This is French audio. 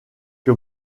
que